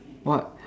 what